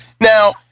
Now